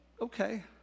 Okay